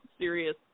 serious